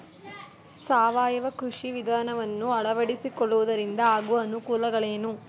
ಸಾವಯವ ಕೃಷಿ ವಿಧಾನವನ್ನು ಅಳವಡಿಸಿಕೊಳ್ಳುವುದರಿಂದ ಆಗುವ ಅನುಕೂಲಗಳೇನು?